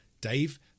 Dave